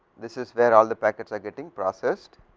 this is where all the packets are getting processed,